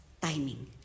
timing